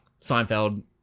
Seinfeld